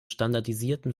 standardisierten